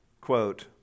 quote